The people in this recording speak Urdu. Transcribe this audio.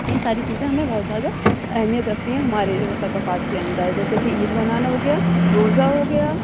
یہ ساری چیزیں ہمیں بہت زیادہ اہمیت رکھتی ہیں ہمارے اُس ثقافات کے اندر جیسے کہ عید منانا ہو گیا روزہ ہو گیا